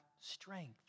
strength